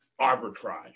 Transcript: arbitrage